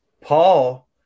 Paul